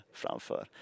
framför